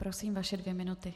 Prosím, vaše dvě minuty.